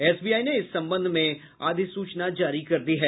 SBI ने इस संबंध में अधिसूचना जारी कर दी है